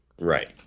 Right